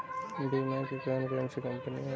बीमा की कौन कौन सी कंपनियाँ हैं?